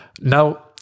Now